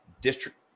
district